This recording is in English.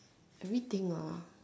everything ah